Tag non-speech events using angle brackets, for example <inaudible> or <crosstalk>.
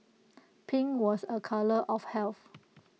<noise> pink was A colour of health